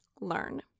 learn